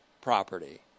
property